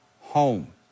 home